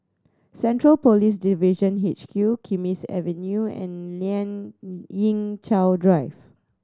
Central Police Division H Q Kismis Avenue and Lien Ying Chow Drive